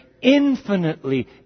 infinitely